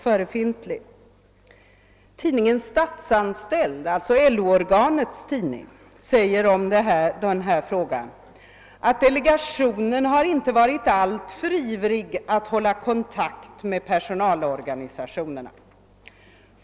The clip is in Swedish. Tidningen Statsanställd, LO-förbundets tidning, skriver: »Delegationen har inte varit alltför ivrig att hålla kontakt med personalorganisationerna.